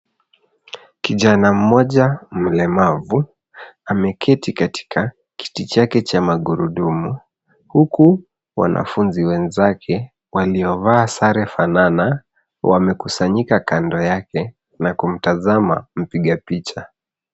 Kijana mmoja mlemavu ameketi katika kiti chake cha magurudumu huku wanafunzi wenzake walioavaa sare fanana wamekusanyika kando yake na kumtazama mpiga picha.